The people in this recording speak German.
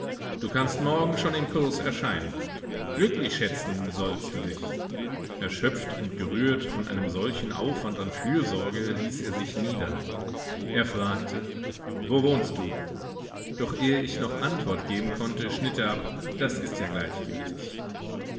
du kannst morgen schon im kurs erscheinen glücklich schätzen sollst du dich erschöpft und gerührt von einem solchen aufwand an fürsorge ließ er sich nieder er fragte wo wohnst du doch ehe ich noch antwort geben konnte schnitt er ab das ist ja gleichgültig